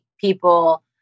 people